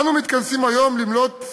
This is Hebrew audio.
אנו מתכנסים היום במלאות